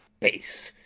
base,